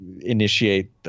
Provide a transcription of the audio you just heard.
initiate